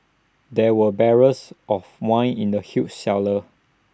there were barrels of wine in the huge cellar